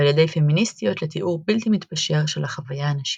ועל ידי פמיניסטיות לתיאור בלתי מתפשר של החוויה הנשית.